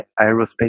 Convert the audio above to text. aerospace